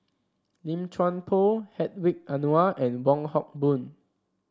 Lim Chuan Poh Hedwig Anuar and Wong Hock Boon